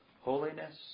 Holiness